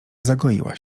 zagoiła